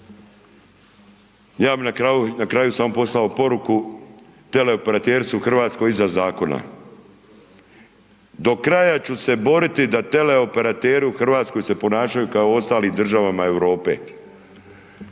Ja bi na kraju samo poslao poruku, teleoperateri su u Hrvatskoj iznad zakona, do kraja ću se boriti da teleoperateri u Hrvatskoj se ponašaju kao ostali u državama Europe.